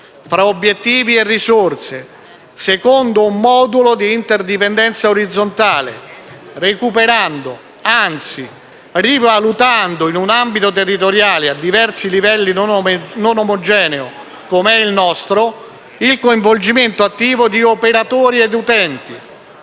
tra obiettivi e risorse, secondo un modulo di interdipendenza orizzontale, recuperando, anzi rivalutando, in un ambito territoriale a diversi livelli non omogeneo come il nostro, il coinvolgimento attivo di operatori e utenti.